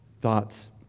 thoughts